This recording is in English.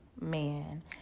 man